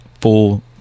full